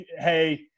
hey